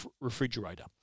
refrigerator